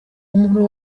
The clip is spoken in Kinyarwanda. umuntu